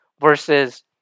versus